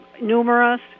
numerous